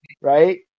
right